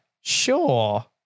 sure